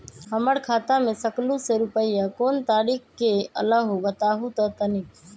हमर खाता में सकलू से रूपया कोन तारीक के अलऊह बताहु त तनिक?